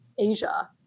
Asia